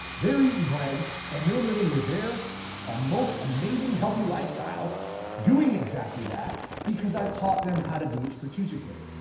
they're eating bread, and they're living with their ah most amazing healthy lifestyle doing exactly that because i've taught them how to do it strategically.